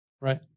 right